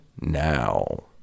now